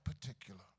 particular